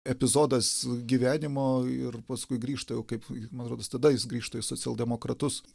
epizodas gyvenimo ir paskui grįžta jau kaip man rodos tada jis grįžta į socialdemokratus